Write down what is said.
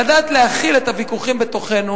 לדעת להכיל את הוויכוחים בתוכנו,